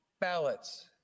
Ballots